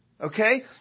okay